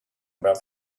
about